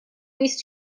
these